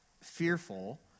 fearful